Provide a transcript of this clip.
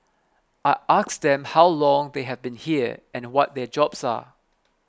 I asked them how long they have been here and what their jobs are